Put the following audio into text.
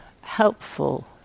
helpful